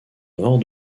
nord